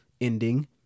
ending